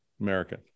American